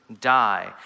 die